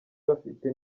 bafite